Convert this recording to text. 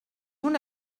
una